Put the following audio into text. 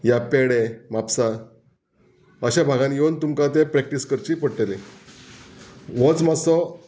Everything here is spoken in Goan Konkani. या पेडे म्हापसा अशे भागान येवन तुमकां तें प्रॅक्टीस करची पडटली होच मातसो